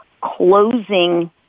closing